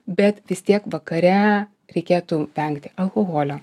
bet vis tiek vakare reikėtų vengti alkoholio